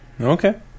Okay